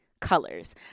colors